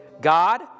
God